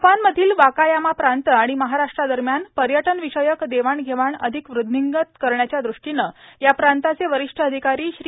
जपानमधील वाकायामा प्रांत आणि महाराष्ट्रादरम्यान पर्यटनविषयक देवाण घेवाण अधिक वाढविण्याच्या द्रष्टीनं या प्रांताचे वरिष्ठ अधिकारी श्री